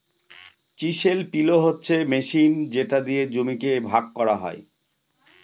chisel পিলও হচ্ছে machine যেটা দিয়ে জমিকে ভাগ করা হয়